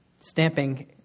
stamping